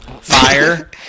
Fire